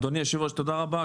אדוני היושב ראש, תודה רבה.